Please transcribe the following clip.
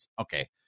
Okay